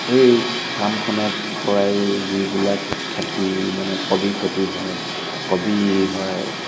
এই ফাৰ্মখনৰ পৰাই যিবিলাক খেতি মানে কবি খেতি হয় কবি হয়